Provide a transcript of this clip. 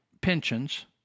pensions